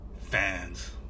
Fans